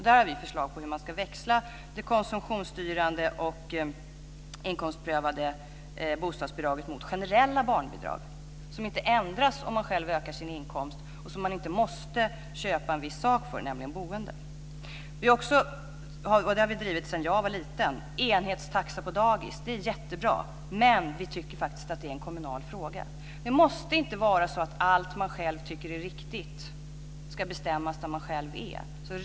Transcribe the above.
Där har vi förslag på att växla det konsumtionsstyrande och inkomstprövade bostadsbidraget mot generella barnbidrag, som inte ändras om man ökar sin inkomst och som man inte måste köpa en viss sak för, nämligen boende. Folkpartiet har drivit sedan jag var liten frågan om enhetstaxa på dagis. Det är jättebra, men vi tycker att det är en kommunal fråga. Det måste inte vara så att allt man själv tycker är riktigt ska bestämmas där man själv är.